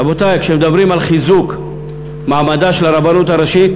רבותי, כשמדברים על חיזוק מעמדה של הרבנות הראשית,